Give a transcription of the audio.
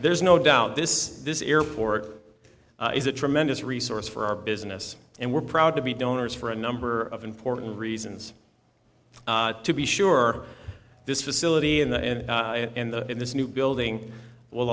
there is no doubt this this airport is a tremendous resource for our business and we're proud to be donors for a number of important reasons to be sure this facility in the end and in this new building will